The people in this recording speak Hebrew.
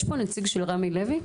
יש פה נציג של רמי לוי?